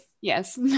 Yes